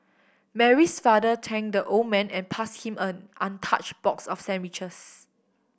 Mary's father thanked the old man and passed him an untouched box of sandwiches